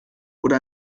oder